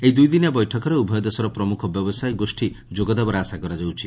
ଏହି ଦୁଇଦିନିଆ ବୈଠକରେ ଉଭୟ ଦେଶର ପ୍ରମୁଖ ବ୍ୟବସାୟ ଗୋଷୀ ଯୋଗ ଦେବାର ଆଶା କରାଯାଉଛି